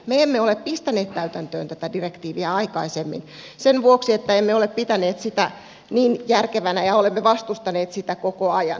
me emme ole pistäneet täytäntöön tätä direktiiviä aikaisemmin sen vuoksi että emme ole pitäneet sitä niin järkevänä ja olemme vastustaneet sitä koko ajan